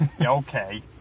okay